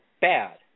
bad